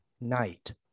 night